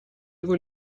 его